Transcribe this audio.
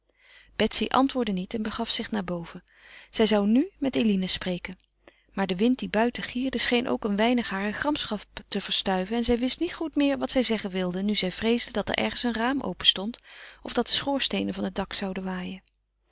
betsy antwoordde niet en begaf zich naar boven zij zou nu met eline spreken maar de wind die buiten gierde scheen ook een weinig hare gramschap te verstuiven en zij wist niet goed meer wat zij zeggen wilde nu zij vreesde dat er ergens een raam openstond of dat de schoorsteenen van het dak zouden waaien